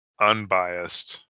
unbiased